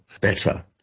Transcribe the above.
better